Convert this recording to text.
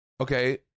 okay